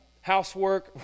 housework